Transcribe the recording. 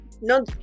no